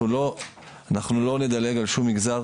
אנחנו לא נדלג על שום מגזר.